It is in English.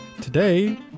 Today